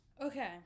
okay